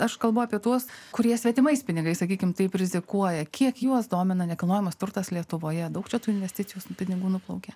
aš kalbu apie tuos kurie svetimais pinigais sakykime taip rizikuoja kiek juos domina nekilnojamas turtas lietuvoje daug čia tų investicijos pinigų nuplaukė